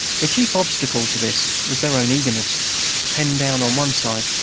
the chief obstacle to this was their own eagerness penned down on one side,